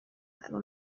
پدسگا